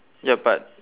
ya but